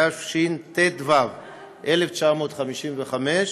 התשט"ו 1955,